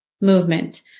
movement